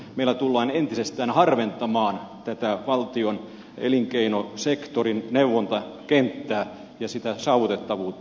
meillä tullaan entisestään harventamaan tätä valtion elinkeinosektorin neuvontakenttää ja sitä saavutettavuutta